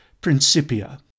Principia